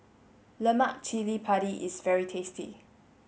Lemak Cili Padi is very tasty